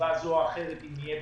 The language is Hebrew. מסיבה זו או אחרת אם יהיה